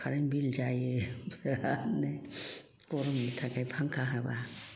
खत्त' current bill जायो बिरादनो गरमनि थाखाय फांखा होबा